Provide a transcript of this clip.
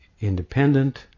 independent